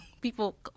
People